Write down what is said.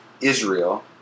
Israel